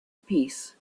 peace